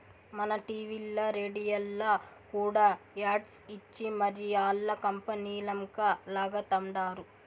మన టీవీల్ల, రేడియోల్ల కూడా యాడ్స్ ఇచ్చి మరీ ఆల్ల కంపనీలంక లాగతండారు